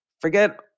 Forget